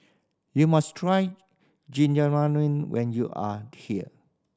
you must try Jajangmyeon when you are here